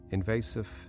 Invasive